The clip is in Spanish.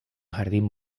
jardín